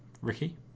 Ricky